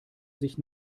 sich